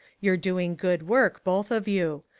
you're doing good work, both of you.